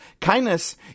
Kindness